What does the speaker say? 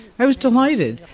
i was delighted.